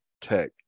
Tech